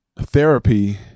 therapy